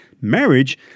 marriage